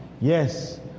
yes